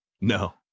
No